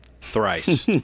thrice